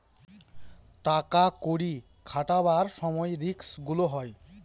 টাকা কড়ি খাটাবার সময় রিস্ক গুলো হয়